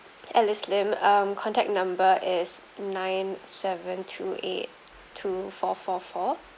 alice lim um contact number is nine seven two eight two four four four